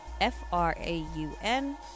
F-R-A-U-N